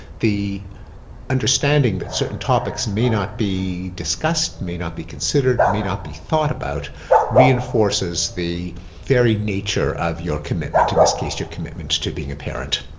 the understanding that certain topics may not be discussed, may not be considered, may not be thought about reinforces the very nature of your commitment, in this case your commitment to being a parent.